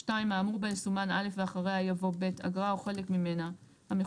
(2) האמור בה יסומן (א) ואחרי יבוא: (ב) אגרה או חלק ממנה המחושבים